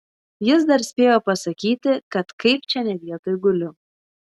jis dar spėjo pasakyti kad kaip čia ne vietoj guliu